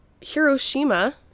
Hiroshima